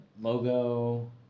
logo